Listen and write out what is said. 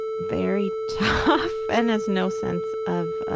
very tough and has no sense of